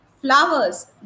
flowers